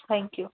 thank you